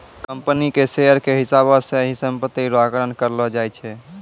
company के share के हिसाबौ से ही सम्पत्ति रो आकलन करलो जाय छै